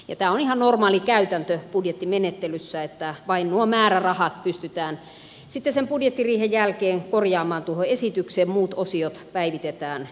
tämä on ihan normaali käytäntö budjettimenettelyssä että vain nuo määrärahat pystytään sitten sen budjettiriihen jälkeen korjaamaan tuohon esitykseen muut osiot päivitetään myöhemmin